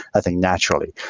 i think, naturally.